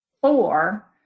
Four